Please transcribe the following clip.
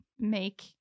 make